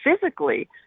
physically